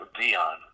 dion